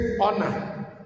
honor